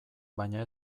baina